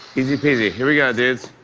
easy peasy. here we go, dudes.